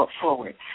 forward